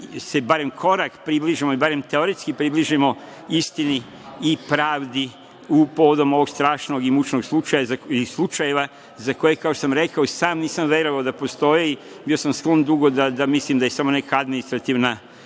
se barem korak približimo i barem teoretski približimo istini i pravdi povodom ovog strašnog i mučnog slučaja ili slučajeva za koje, kao što sam i rekao, i sam nisam verovao da postoje. Bio sam sklon da mislim da je samo neka administrativna